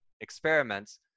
experiments